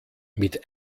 mit